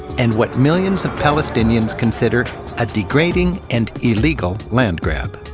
and what millions of palestinians consider a degrading and illegal land grab.